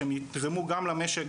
שהם יתרמו גם למשק,